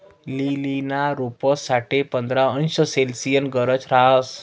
लीलीना रोपंस साठे पंधरा अंश सेल्सिअसनी गरज रहास